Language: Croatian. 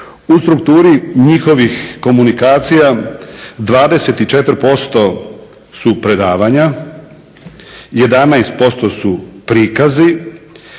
U strukturi njihovih komunikacija 24% su predavanja, 11% su prikazi,